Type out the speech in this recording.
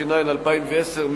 התש"ע 2010,